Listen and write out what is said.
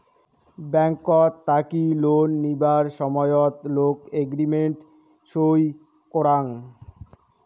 ব্যাংকট থাকি লোন নিবার সময়ত লোক এগ্রিমেন্ট সই করাং